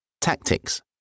Tactics